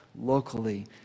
locally